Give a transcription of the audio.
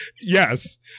Yes